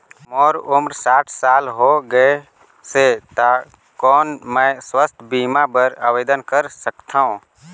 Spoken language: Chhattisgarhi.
मोर उम्र साठ साल हो गे से त कौन मैं स्वास्थ बीमा बर आवेदन कर सकथव?